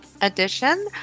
edition